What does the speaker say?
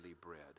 bread